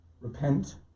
Repent